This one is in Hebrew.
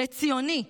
לציוני,